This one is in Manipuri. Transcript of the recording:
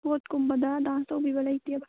ꯁ꯭ꯄꯣꯔꯇꯀꯨꯝꯕꯗ ꯗꯥꯟꯁ ꯇꯧꯕꯤꯕ ꯂꯩꯇꯦꯕ